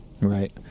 Right